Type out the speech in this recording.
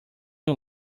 you